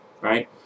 right